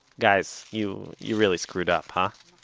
guys, you you really screwed up, huh?